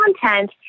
content